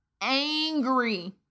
angry